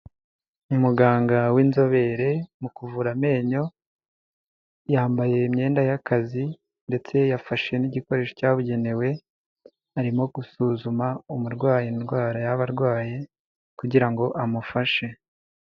Umuganga w'inzobere mu kuvura amenyo, yambaye imyenda y'akazi ndetse yafashe n'igikoresho cyabugenewe, arimo gusuzuma umurwayi indwara yaba arwaye kugira ngo amufashe.